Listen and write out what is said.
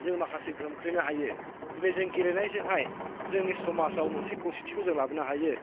जे माखासे गोहोम खोख्लैनो हायो दिनै जों गेलेनायजोंहाय जोंनि समाजाव मोनसे खौसेथिखौ जों लाबोनो हायो